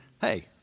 hey